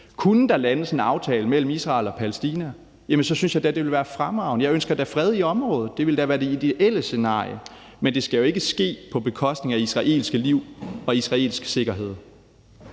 Kunne der landes en aftale mellem Israel og Palæstina, synes jeg da det ville være fremragende. Jeg ønsker da fred i området. Det ville da være det ideelle scenarie. Men det skal jo ikke ske på bekostning af israelske liv og israelsk sikkerhed.